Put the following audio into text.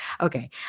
okay